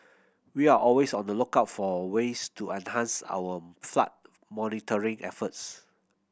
we are always on the lookout for ways to enhance our flood monitoring efforts